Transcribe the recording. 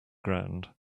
ground